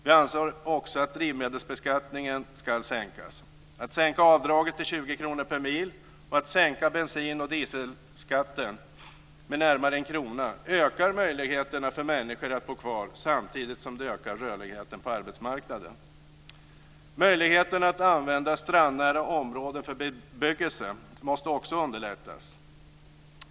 Vi anser också att drivmedelsbeskattningen ska sänkas. Att sänka avdraget till 20 kr per mil och att sänka bensin och dieselskatten med närmare en krona ökar möjligheterna för människor att bo kvar samtidigt som det ökar rörligheten på arbetsmarknaden. Möjligheterna att använda strandnära områden för bebyggelse måste också underlättas.